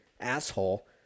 asshole